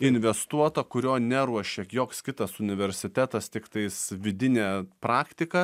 investuota kurio neruošia joks kitas universitetas tiktais vidinė praktika